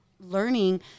learning